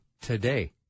today